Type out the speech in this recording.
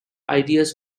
ideas